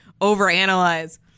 overanalyze